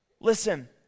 listen